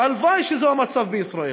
הלוואי שזה היה המצב בישראל,